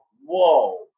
whoa